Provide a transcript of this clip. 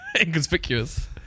Inconspicuous